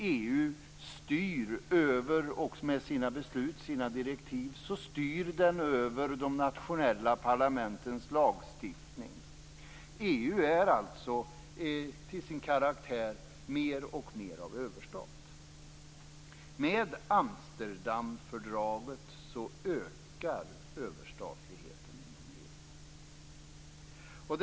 EU styr med sina beslut och sina direktiv över de nationella parlamentens lagstiftning. EU är alltså till sin karaktär mer och mer av överstat. Med Amsterdamfördraget ökar överstatligheten inom EU.